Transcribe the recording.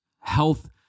health